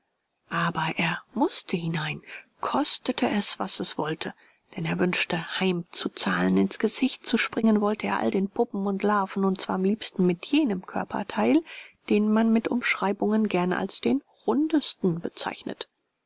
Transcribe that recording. aber er mußte hinein kostete es was es wollte denn er wünschte heimzuzahlen ins gesicht springen wollte er all den puppen und larven und zwar am liebsten mit jenem körperteil den man mit umschreibung gern als den rundesten bezeichnet